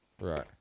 Right